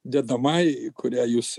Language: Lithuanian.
dedamajai į kurią jūs